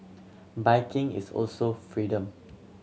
biking is also freedom